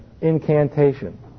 incantation